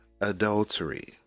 adultery